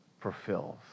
fulfills